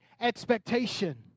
expectation